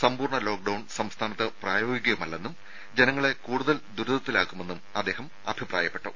സമ്പൂർണ്ണ ലോക്ഡൌൺ സംസ്ഥാനത്ത് പ്രായോഗികമല്ലെന്നും ജനങ്ങളെ കൂടുതൽ ദുരിതത്തിലാക്കുമെന്നും അദ്ദേഹം അഭിപ്രായപ്പെട്ടു